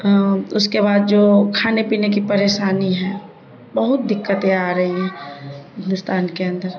اس کے بعد جو کھانے پینے کی پریشانی ہے بہت دقتیں آ رہی ہیں ہندوستان کے اندر